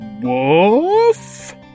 Woof